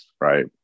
Right